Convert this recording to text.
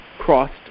crossed